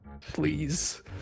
please